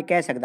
चैंदू।